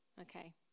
Okay